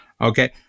Okay